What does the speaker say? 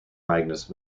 magnus